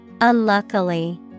Unluckily